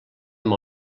amb